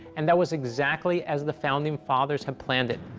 and that was exactly as the founding fathers had planned it.